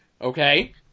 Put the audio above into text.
okay